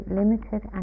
limited